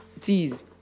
tease